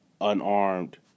unarmed